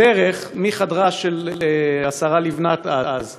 בדרך, מחדרה של השרה לבנת, אז,